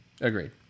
Agreed